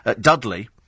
Dudley